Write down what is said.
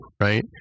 right